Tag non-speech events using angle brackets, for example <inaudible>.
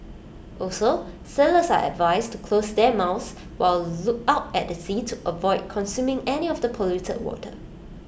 also sailors are advised to close their mouths while <unintelligible> out at sea to avoid consuming any of the polluted water